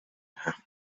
have